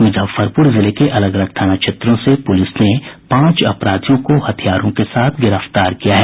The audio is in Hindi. मुजफ्फरपुर जिले के अलग अलग थाना क्षेत्रों से पुलिस ने पांच अपराधियों को हथियारों के साथ गिरफ्तार किया है